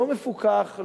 לא מפוקח,